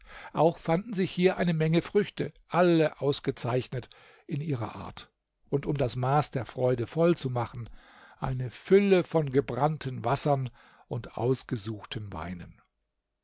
auch fanden sich hier eine menge früchte alle ausgezeichnet in ihrer art und um das maß der freude voll zu machen eine fülle von gebrannten wassern und ausgesuchten weinen